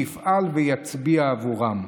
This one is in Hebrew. שיפעל ויצביע עבורם.